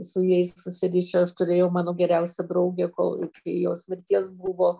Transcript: su jais susirišę aš turėjau mano geriausia draugė kol iki jos mirties buvo